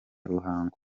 ruhango